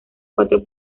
cuatro